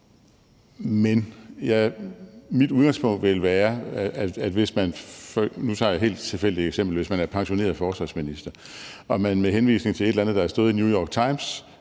et helt tilfældigt eksempel – er pensioneret forsvarsminister og man med henvisning til et eller andet, der har stået i New York Times,